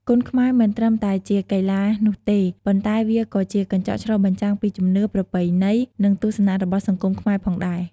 គុនខ្មែរមិនត្រឹមតែជាកីឡានោះទេ ប៉ុន្តែវាក៏ជាកញ្ចក់ឆ្លុះបញ្ចាំងពីជំនឿ ប្រពៃណី និងទស្សនៈរបស់សង្គមខ្មែរផងដែរ។